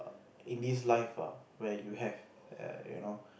in this life ah where you have err you know